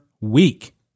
week